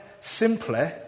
simply